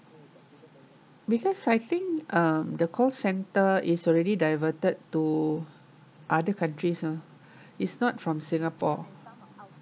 because I think um the call center is already diverted to other countries ah it's not from singapore